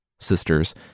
sisters